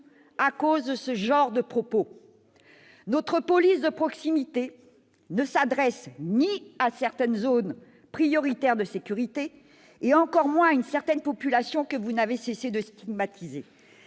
à cause de ce genre de propos. Notre police de proximité ne s'adresse pas à certaines zones prioritaires de sécurité, et encore moins à une certaine population que vous n'avez de cesse de stigmatiser.